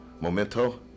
Memento